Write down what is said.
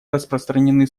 распространены